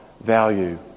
value